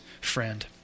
friend